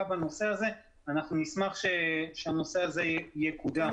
בנושא הזה ואנחנו נשמח שהנושא הזה יקודם.